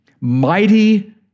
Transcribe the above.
Mighty